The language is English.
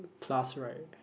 class right